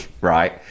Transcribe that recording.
right